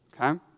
Okay